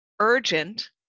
urgent